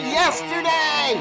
yesterday